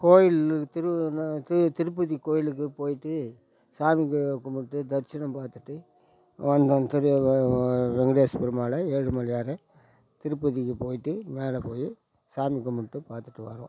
கோயில் திருவண்ணா திரு திருப்பதி கோயிலுக்கு போய்விட்டு சாமி கு கும்பிட்டு தரிசனம் பார்த்துட்டு வந்தோம் திரு வெங்கடேஸ் பெருமாளை ஏழுமலையார திருப்பதிக்கு போய்விட்டு மேலே போய் சாமி கும்பிட்டு பார்த்துட்டு வரோம்